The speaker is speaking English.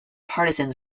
partisan